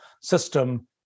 system